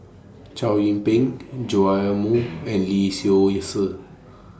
Chow Yian Ping Joash Moo and Lee Seow Ser